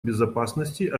безопасности